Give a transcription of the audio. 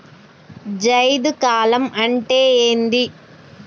జైద్ కాలం అంటే ఏంది?